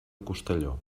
costelló